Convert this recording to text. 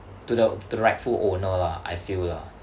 to the to the rightful owner lah I feel lah